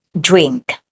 drink